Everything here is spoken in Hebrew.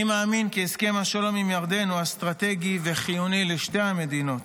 אני מאמין כי הסכם השלום עם ירדן הוא אסטרטגי וחיוני לשתי המדינות.